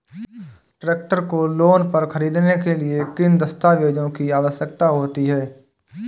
Tractor को loan पर खरीदने के लिए किन दस्तावेज़ों की आवश्यकता होती है?